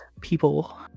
people